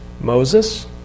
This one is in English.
Moses